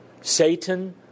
Satan